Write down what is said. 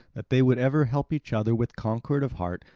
that they would ever help each other with concord of heart,